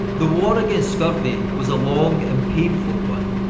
the war against scurvy was a long and painful one.